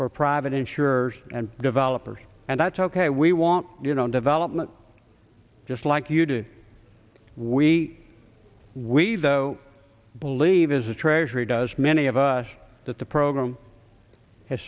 for private insurers and developers and that's ok we want you know development just like you do we we though believe is the treasury does many of us that the program has